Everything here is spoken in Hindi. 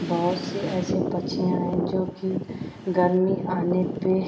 बहुत से ऐसे पक्षी हैं जो कि गर्मी आने पर